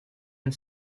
and